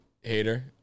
hater